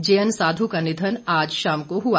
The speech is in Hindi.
जेएन साध् का निधन आज शाम को हुआ